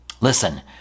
Listen